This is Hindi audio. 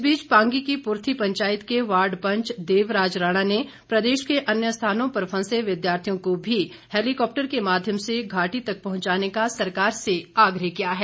इस बीच पांगी की पुर्थी पंचायत के वार्ड पंच देवराज राणा ने प्रदेश के अन्य स्थानों पर फंसे विद्यार्थियों को भी हैलीकॉप्टर के माध्यम से घाटी तक पहुंचाने का सरकार से आग्रह किया है